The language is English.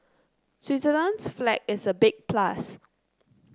Switzerland's flag is a big plus